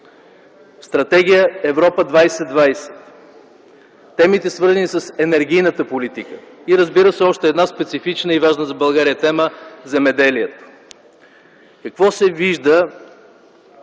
стратегия Европа 2020, темите, свързани с енергийната политика, разбира се, още една специфична и важна за България тема – земеделието. Какво се вижда